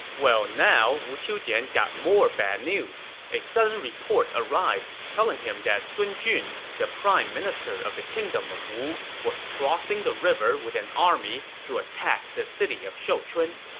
well, now wu qiujian got more bad news. a sudden report arrived, telling him that sun jun, the prime minister of the kingdom of wu, was crossing the river with an army to attack the city of shouchun.